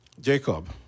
Jacob